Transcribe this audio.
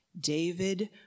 David